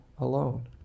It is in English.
alone